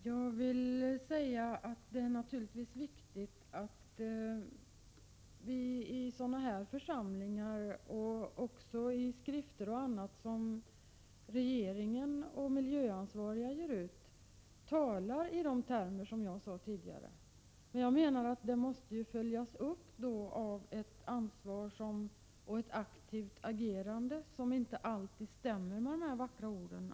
Herr talman! Det är naturligtvis viktigt att vi i sådana här församlingar och i skrifter m.m. som regeringen och miljöansvariga ger ut talar i de termer som jag nämnde tidigare, men jag menar att detta måste följas upp av ett ansvar och ett aktivt agerande som inte alltid stämmer med de vackra orden.